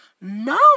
No